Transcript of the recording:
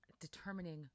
determining